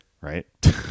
right